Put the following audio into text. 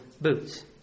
boots